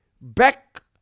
back